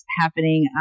happening